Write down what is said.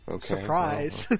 Surprise